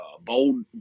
bold